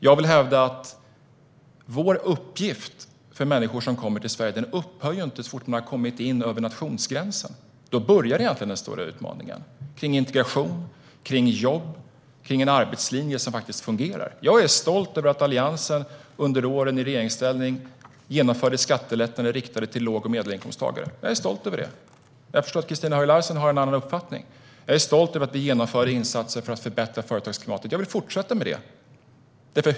Jag vill hävda att vår uppgift för människor som kommer till Sverige inte upphör så fort de har kommit in över nationsgränsen. Det är egentligen då den stora utmaningen börjar vad gäller integration, jobb och en arbetslinje som fungerar. Jag är stolt över att Alliansen under åren i regeringsställning genomförde skattelättnader riktade till låg och medelinkomsttagare. Jag är stolt över detta. Jag förstår att Christina Höj Larsen har en annan uppfattning. Jag är stolt över att vi genomförde insatser för att förbättra företagsklimatet, och jag vill fortsätta med det.